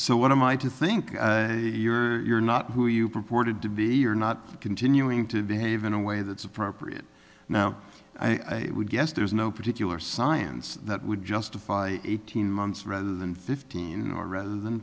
so what am i to think you're not who you purported to be or not continuing to behave in a way that's appropriate now i would guess there's no particular science that would justify eighteen months rather than fifteen or rather than